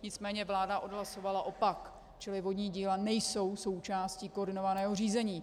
Nicméně vláda odhlasovala opak, čili vodní díla nejsou součástí koordinovaného řízení.